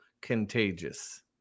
contagious